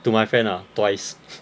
to my friend ah twice